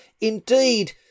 Indeed